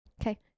Okay